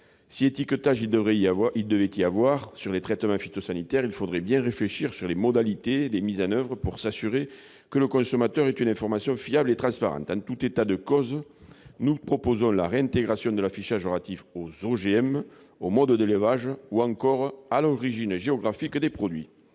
Si étiquetage il devait y avoir sur les traitements phytosanitaires, il faudrait bien réfléchir aux modalités des mises en oeuvre, pour s'assurer que le consommateur dispose d'une information fiable et transparente. En tout état de cause, nous proposons la réintégration de l'affichage relatif aux OGM, au mode d'élevage ou encore à l'origine géographique des produits.